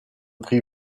prix